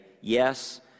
yes